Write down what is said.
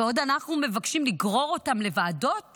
ואנחנו עוד מבקשים לגרור אותם לוועדות